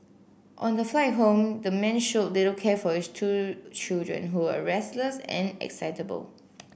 on the flight home the man showed little care for his two children who were restless and excitable